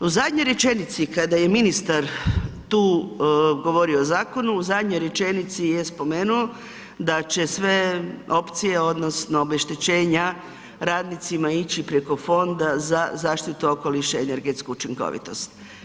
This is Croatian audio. U zadnjoj rečenici kada je ministar tu govorio o zakonu, u zadnjoj rečenici je spomenuo da će sve opcije odnosno obeštećenja radnicima ići preko Fonda za zaštitu okoliša i energetsku učinkovitost.